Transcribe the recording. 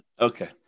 Okay